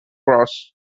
cross